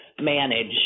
manage